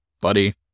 buddy